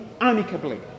amicably